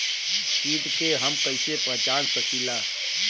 कीट के हम कईसे पहचान सकीला